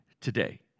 today